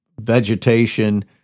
vegetation